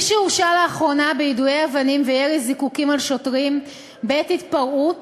מי שהורשע לאחרונה ביידויי אבנים וירי זיקוקים על שוטרים בעת התפרעות